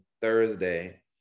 Thursday